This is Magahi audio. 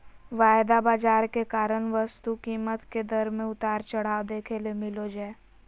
वायदा बाजार के कारण वस्तु कीमत के दर मे उतार चढ़ाव देखे ले मिलो जय